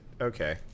okay